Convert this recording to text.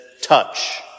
touch